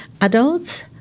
adults